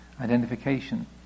identification